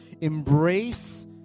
embrace